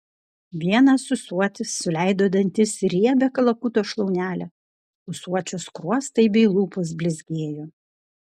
vienas ūsuotis suleido dantis į riebią kalakuto šlaunelę ūsuočio skruostai bei lūpos blizgėjo